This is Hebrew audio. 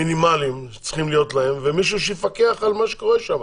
מינימליים שצריכים להיות להם ומישהו שיפקח על מה שקורה שם.